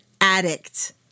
addict